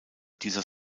dieser